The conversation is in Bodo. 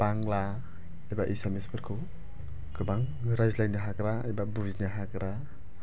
बांला एबा एसामिसफोरखौ गोबां रायज्लायनो हाग्रा एबा बुजिनो हाग्रा